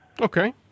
Okay